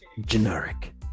generic